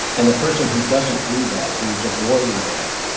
and the person who doesn't do that, who is avoiding that,